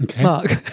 Mark